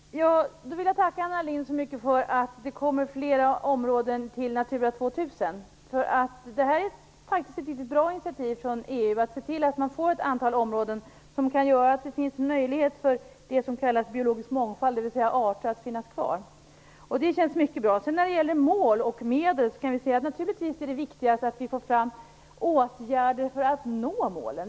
Herr talman! Jag vill tacka Anna Lindh så mycket för att det kommer flera områden till Natura 2000. Det är faktiskt ett bra initiativ från EU att se till att man får ett antal områden som kan ge möjlighet till det som kallas biologisk mångfald, dvs. till att arter skall kunna finnas kvar. Det känns mycket bra. När det sedan gäller mål och medel är det naturligtvis viktigast att vi får fram åtgärder för att nå målen.